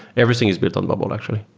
everything is built on bubble actually.